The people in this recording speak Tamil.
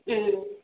ம்